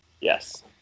yes